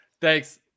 Thanks